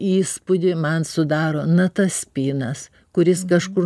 įspūdį man sudaro nataspinas kuris kažkur